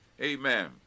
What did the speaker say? amen